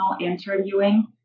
Interviewing